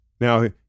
Now